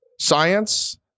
science